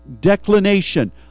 declination